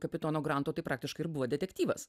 kapitono granto tai praktiškai ir buvo detektyvas